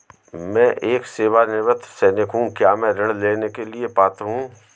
मैं एक सेवानिवृत्त सैनिक हूँ क्या मैं ऋण लेने के लिए पात्र हूँ?